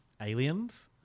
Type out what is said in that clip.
Aliens